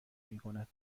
میکند